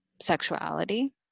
sexuality